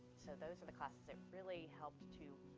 so those are the classes that really helped to